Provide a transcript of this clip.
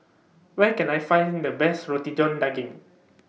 Where Can I Find The Best Roti John Daging